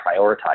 prioritize